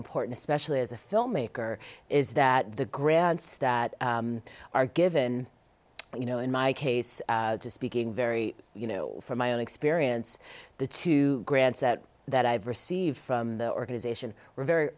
important especially as a filmmaker is that the grants that are given you know in my case speaking very you know from my own experience the two grants that i've received from the organization we're very